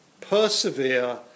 Persevere